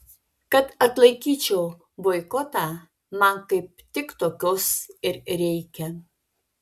kad atlaikyčiau boikotą man kaip tik tokios ir reikia